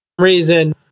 reason